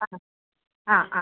ആ ആ